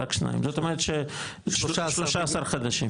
זאת אומרת 13 חדשים.